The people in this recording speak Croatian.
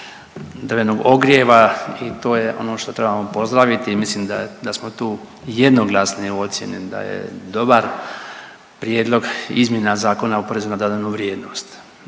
drvenog ogrijeva i to je ono što trebamo pozdraviti i mislim da smo tu jednoglasni u ocjeni da je dobar prijedlog izmjena Zakona o PDV-u. U drugom dijelu,